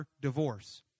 divorce